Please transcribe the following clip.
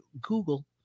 Google